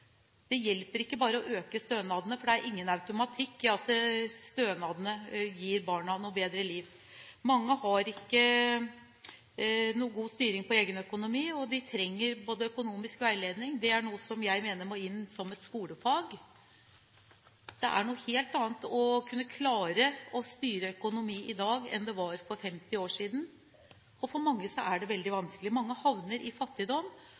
Det hjelper ikke bare å øke stønadene, for det er ingen automatikk i at stønadene gir barna et bedre liv. Mange har ikke en god styring på egen økonomi, og de trenger økonomisk veiledning – dette er noe jeg mener må inn som et skolefag. Det er noe helt annet å klare å styre sin økonomi i dag enn det var for 50 år siden, og for mange er det veldig vanskelig. Mange havner i fattigdom